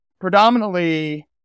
predominantly